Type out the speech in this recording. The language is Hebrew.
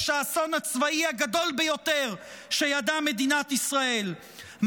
האסון הצבאי הגדול ביותר שידעה מדינת ישראל,